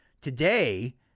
Today